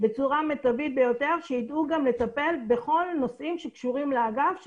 בצורה מיטבית ביותר כדי שידעו גם לטפל בכל הנושאים שקשורים לאגף,